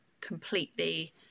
completely